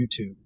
YouTube